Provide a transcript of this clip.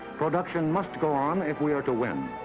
production must go on if we're to win.